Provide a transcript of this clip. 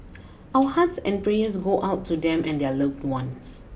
our hearts and prayers go out to them and their loved ones